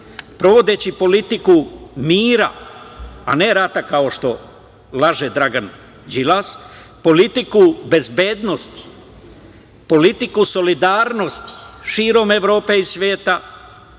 sprovodeći politiku mira, a ne rata, kao što laže Dragan Đilas, politiku bezbednosti, politiku solidarnosti širom Evrope i sveta,